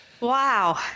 Wow